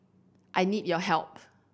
I need your help